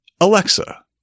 Alexa